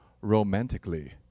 romantically